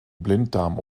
blinddarm